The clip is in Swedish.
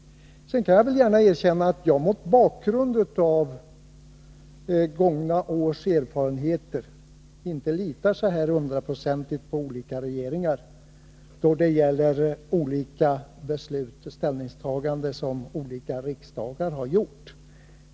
Sedan erkänner jag gärna att jag mot bakgrund av gångna års erfarenheter inte litar hundraprocentigt på olika regeringar då det gäller ställningstaganden som olika riksdagar har gjort.